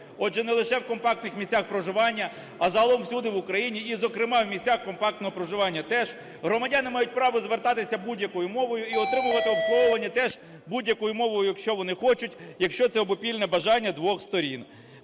Отже, не лише в компактних місцях проживання, а загалом всюди в Україні і, зокрема в місцях компактного проживання теж, громадяни мають право звертатися будь-якою мовою і отримувати обслуговування теж будь-якою мовою, якщо вони хочуть, якщо це обопільне бажання двох сторін.